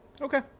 Okay